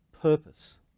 purpose